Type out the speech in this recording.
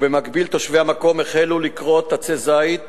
ובמקביל החלו תושבי המקום לכרות עצי זית